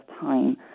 time